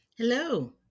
Hello